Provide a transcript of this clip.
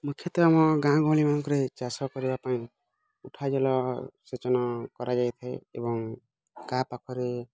ମୋ କ୍ଷେତେ ଆମ ଗାଁ ଗହଳିମାନଙ୍କରେ ଚାଷ କରିବା ପାଇଁ ଉଠା ଜଲ ସେଚନ କରାଯାଇଥାଏ ଏବଂ କା ପାଖରେ